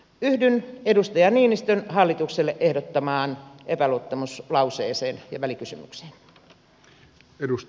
yhdyn edustaja niinistön hallitukselle ehdottamaan epäluottamuslauseeseen ja välikysymykseen